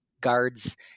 guards